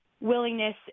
willingness